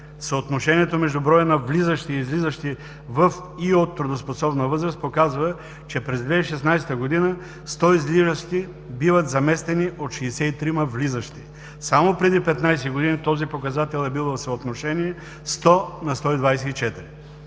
Съотношението между броя на влизащи и излизащи в и от трудоспособна възраст показва, че през 2016 г. 100 излизащи биват замествани от 63 влизащи. Само преди 15 години този показател е бил в съотношение 100 на 124.